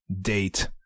date